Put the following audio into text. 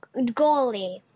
goalie